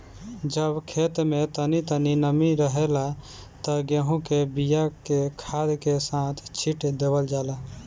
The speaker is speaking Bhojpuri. जब खेत में तनी तनी नमी रहेला त गेहू के बिया के खाद के साथ छिट देवल जाला